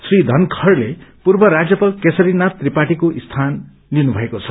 श्री धनरवडले पूर्व राज्यपाल केशरीनाथ त्रिपाठीको स्वान लिनुभएको छ